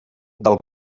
del